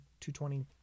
220